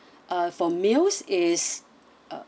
uh for meals is uh